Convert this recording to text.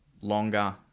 longer